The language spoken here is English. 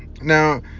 Now